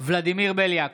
ולדימיר בליאק,